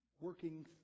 working